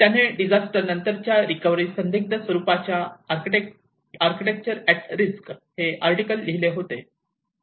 त्यांनी डिजास्टर नंतरच्या रिकव्हरी संदिग्ध स्वरुपाचा 'आर्किटेक्चर एट रिस्क' हे आर्टिकल लिहिले होते